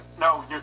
no